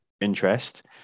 interest